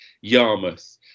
Yarmouth